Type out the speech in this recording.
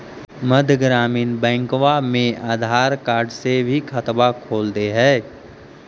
मध्य ग्रामीण बैंकवा मे आधार कार्ड से भी खतवा खोल दे है?